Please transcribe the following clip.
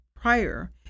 prior